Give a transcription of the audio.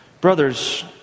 Brothers